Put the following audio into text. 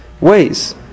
ways